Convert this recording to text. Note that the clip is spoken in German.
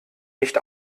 nicht